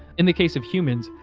in the case of humans,